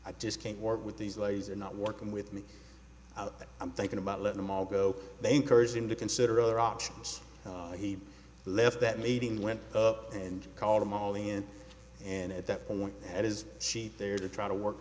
i just can't work with these ladies and not working with me i'm thinking about let them all go they encouraged him to consider other options he left that meeting went up and call them all in and at that point and is she there to try to work